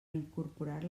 incorporar